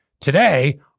today